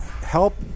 help